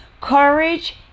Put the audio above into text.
Courage